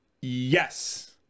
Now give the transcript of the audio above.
Yes